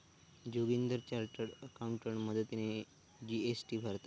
Joginder chartered accountant मदतीने जी.एस.टी भरता